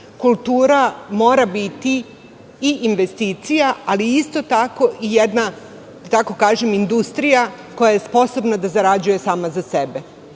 Kultura mora biti i investicija, ali i isto tako jedna industrija koja je sposobna da zarađuje sama za sebe.